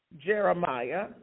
Jeremiah